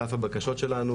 על אף הבקשות שלנו,